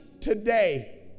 today